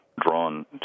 drawn